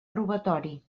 robatori